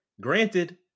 Granted